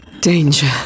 Danger